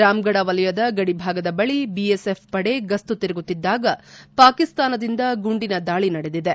ರಾಮ್ಗಢ ವಲಯದ ಗಡಿಭಾಗದ ಬಳಿ ಬಿಎಸ್ಎಫ್ ಪಡೆ ಗಸ್ತು ತಿರುಗುತ್ತಿದ್ದಾಗ ಪಾಕಿಸ್ತಾನದಿಂದ ಗುಂಡಿನ ದಾಳಿ ನಡೆದಿದೆ